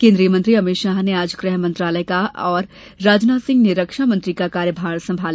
केन्द्रीय मंत्री अमित शाह ने आज गृह मंत्रालय का और राजनाथ सिंह ने रक्षा मंत्री का कार्यभार संभाला